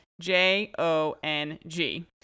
J-O-N-G